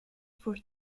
for